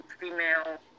female